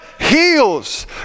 heals